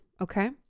Okay